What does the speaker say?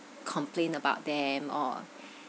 complain about them or